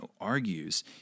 argues